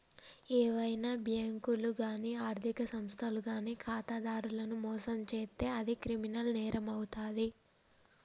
ఏవైనా బ్యేంకులు గానీ ఆర్ధిక సంస్థలు గానీ ఖాతాదారులను మోసం చేత్తే అది క్రిమినల్ నేరమవుతాది